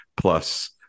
Plus